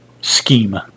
scheme